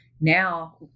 Now